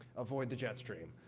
avoid the jet stream.